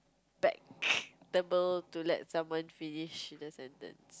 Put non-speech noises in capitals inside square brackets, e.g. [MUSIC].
but [NOISE] better to let someone finish the sentence